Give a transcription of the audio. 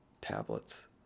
tablets